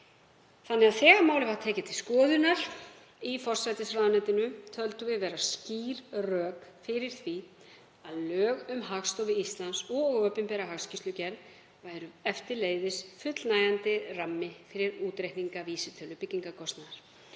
Þannig að þegar málið var tekið til skoðunar í forsætisráðuneytinu töldum við vera skýr rök fyrir því að lög um Hagstofu Íslands og opinbera hagskýrslugerð væru eftirleiðis fullnægjandi rammi fyrir útreikning vísitölu byggingarkostnaðar.